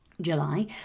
July